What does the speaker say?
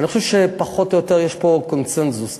שכן אי-אפשר